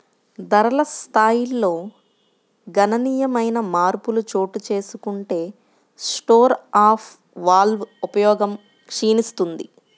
ధరల స్థాయిల్లో గణనీయమైన మార్పులు చోటుచేసుకుంటే స్టోర్ ఆఫ్ వాల్వ్ ఉపయోగం క్షీణిస్తుంది